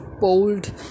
bold